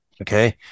Okay